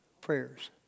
prayers